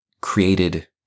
created